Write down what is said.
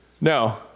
No